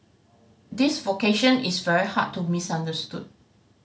this vocation is very hard to misunderstood